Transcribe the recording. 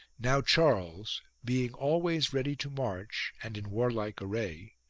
now charles, being always ready to march and in warlike array,